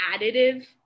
additive